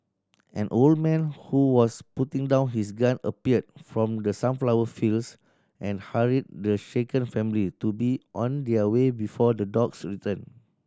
an old man who was putting down his gun appeared from the sunflower fields and hurried the shaken family to be on their way before the dogs return